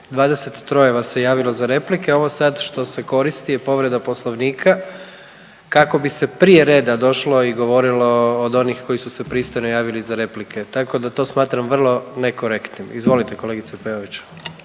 23 vas se javilo za replike, a ovo sad što ste koristi je povreda poslovnika kako bi se prije reda došlo i govorilo od onih koji su se pristojno javili za replike tako da to smatram vrlo nekorektnim. Izvolite kolegice Peović.